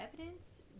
evidence